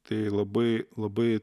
tai labai labai